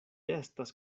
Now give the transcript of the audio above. estas